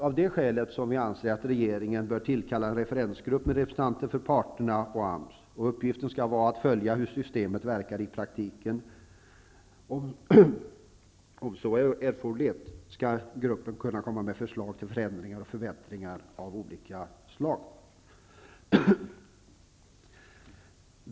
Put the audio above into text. Av det skälet anser vi att regeringen bör tillkalla en referensgrupp med representanter för parterna och AMS. Uppgiften skall vara att följa hur systemet verkar i praktiken. Om så är erforderligt, skall gruppen kunna komma med förslag till förändringar och förbättringar av olika slag.